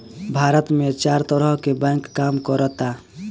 भारत में चार तरह के बैंक काम करऽता